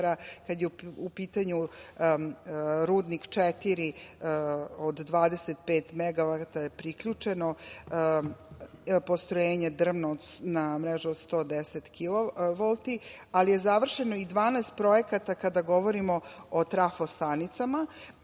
kada je u pitanju "Rudnik 4" od 25 megavata je priključeno, postrojenje "Drmno" na mrežu od 110 kilovolti, ali je završeno i 12 projekata kada govorimo o trafostanicama.